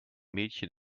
mädchen